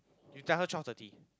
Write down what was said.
you tell her twelve thirty